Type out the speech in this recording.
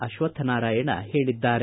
ಅಶ್ವಕ್ಷನಾರಾಯಣ ಹೇಳಿದ್ದಾರೆ